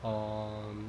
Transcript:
um